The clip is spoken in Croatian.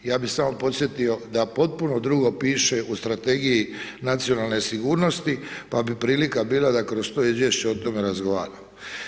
Ja bi samo podsjetio da potpuno drugo piše u strategiji nacionalne sigurnosti, pa bi prilika bila da kroz to izvješće o tome razgovaramo.